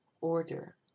order